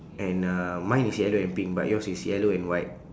and uh mine is yellow and pink but yours is yellow and white